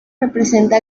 representa